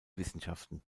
wissenschaften